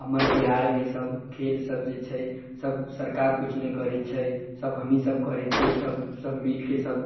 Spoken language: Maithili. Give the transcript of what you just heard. हमर बिहारमे सब खेल सब जे छै सब सरकार किछु नहि करै छै सब हमहीँ सब करै छियै सब सब मिलिकए सब